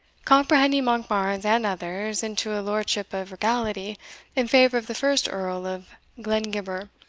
comprehending monkbarns and others, into a lordship of regality in favour of the first earl of glengibber,